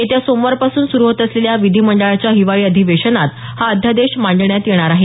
येत्या सोमवारपासून सुरू होत असलेल्या विधिमंडळाच्या हिवाळी अधिवेशनात हा अध्यादेश मांडण्यात येणार आहे